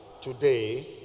today